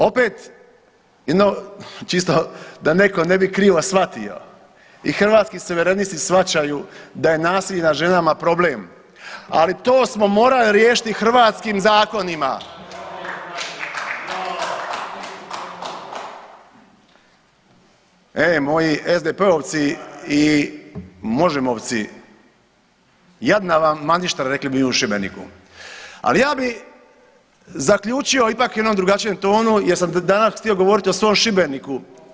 Opet jedno čisto da netko ne bi krivo shvatio i Hrvatski suverenisti shvaćaju da je nasilje nad ženama problem, ali to smo morali riješiti hrvatskim zakonima. E, moji SDP-ovci i Možemovci jadna vam maništra rekli bi mi u Šibeniku, ali ja bi zaključio u jednom ipak drugačijem tonu jer sam danas htio govoriti o svom Šibeniku.